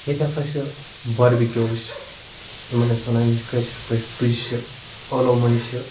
ییٚتہِ ہَسا چھِ باربِکیوٗز چھِ یِمَن أسۍ وَنان چھِ کٲشِر پٲٹھۍ تُجہِ چھِ اولُو مۄنجہِ چھِ